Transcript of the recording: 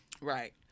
right